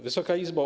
Wysoka Izbo!